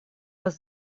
вас